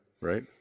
right